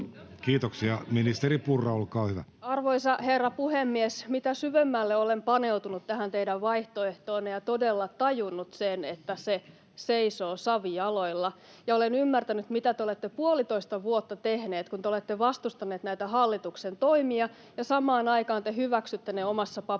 Kiitoksia. — Ministeri Purra, olkaa hyvä. Arvoisa herra puhemies! Mitä syvemmälle olen paneutunut tähän teidän vaihtoehtoonne, olen todella tajunnut sen, että se seisoo savijaloilla, ja olen ymmärtänyt, mitä te olette puolitoista vuotta tehneet, kun te olette vastustaneet näitä hallituksen toimia ja samaan aikaan te hyväksytte ne omassa paperissanne.